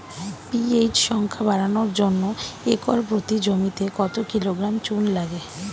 PH সংখ্যা বাড়ানোর জন্য একর প্রতি জমিতে কত কিলোগ্রাম চুন লাগে?